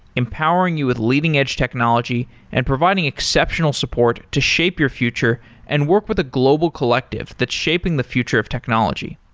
empowering you with leading edge technology and providing exceptional support to shape your future and work with a global collective that's shaping the future of technology.